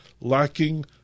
lacking